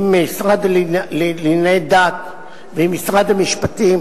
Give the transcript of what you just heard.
עם המשרד לענייני דת ועם משרד המשפטים